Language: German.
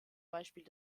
beispiel